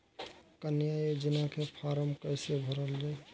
कन्या योजना के फारम् कैसे भरल जाई?